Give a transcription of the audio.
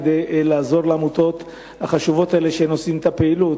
כדי לעזור לעמותות החשובות האלה שעושות את הפעילות.